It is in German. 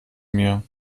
mir